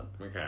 Okay